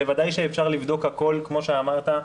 בוודאי שאפשר לבדוק הכול, כמו שאמרת.